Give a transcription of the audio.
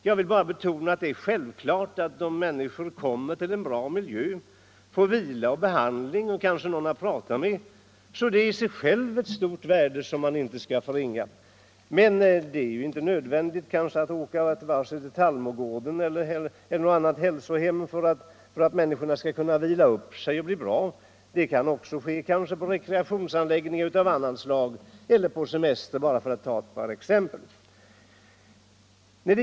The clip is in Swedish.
Jag vill bara betona att det är självklart att om människor kommer till en bra miljö, får vila och behandling och kanske någon att tala med, så är det i sig självt ett stort värde, något som man inte skall förringa. Men det är kanske inte nödvändigt att åka till vare sig Tallmogården eller något annat hälsohem för att man skall kunna vila upp sig och bli bra. Det kan också ske på rekreationsanläggningar av annat slag och helt enkelt genom semester, för att ta ett par exempel.